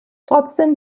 trotzdem